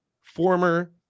former